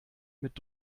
mit